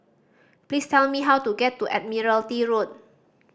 please tell me how to get to Admiralty Road